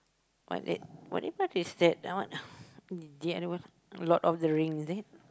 what that what is that ah the other one the Lord-of-the-Rings is that